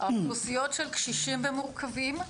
של קשישים ומורכבים,